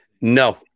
No